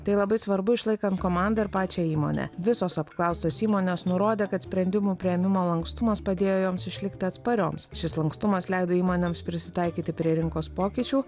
tai labai svarbu išlaikant komandą ir pačią įmonę visos apklaustos įmonės nurodė kad sprendimų priėmimo lankstumas padėjo joms išlikti atsparioms šis lankstumas leido įmonėms prisitaikyti prie rinkos pokyčių